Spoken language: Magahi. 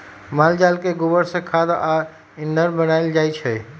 माल जाल के गोबर से खाद आ ईंधन बनायल जाइ छइ